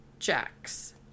Jack's